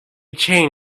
chain